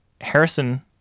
Harrison